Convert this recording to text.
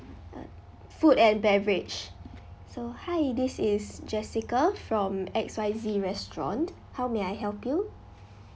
uh food and beverage so hi this is jessica from X Y Z restaurant how may I help you